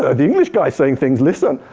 ah the english guy's saying things, listen.